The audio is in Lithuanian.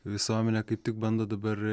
visuomenė kaip tik bando dabar